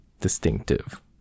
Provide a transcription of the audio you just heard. distinctive